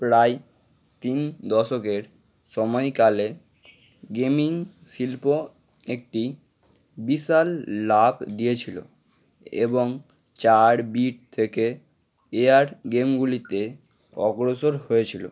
প্রায় তিন দশকের সময়কালে গেমিং শিল্প একটি বিশাল লাভ দিয়েছিল এবং চার বিট থেকে এয়ার গেমগুলিতে অগ্রসর হয়েছিল